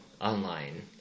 online